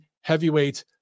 heavyweight